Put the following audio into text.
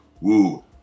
Woo